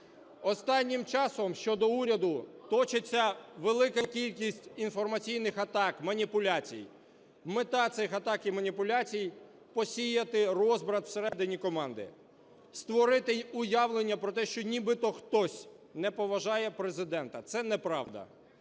Останнім часом щодо уряду точиться велика кількість інформаційних атак, маніпуляцій. Мета цих атак і маніпуляцій – посіяти розбрат всередині команди, створити уявлення про те, що нібито хтось не поважає Президента. Це неправда.